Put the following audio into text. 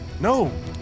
No